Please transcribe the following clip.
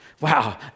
Wow